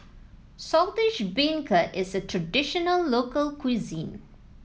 Saltish Beancurd is a traditional local cuisine